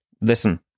Listen